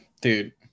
dude